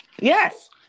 Yes